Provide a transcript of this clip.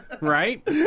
right